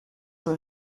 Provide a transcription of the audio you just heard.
rue